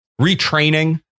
retraining